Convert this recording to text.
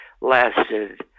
lasted